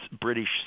British